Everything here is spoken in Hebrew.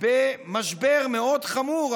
במשבר מאוד חמור.